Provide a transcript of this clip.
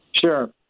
Sure